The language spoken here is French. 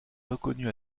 reconnu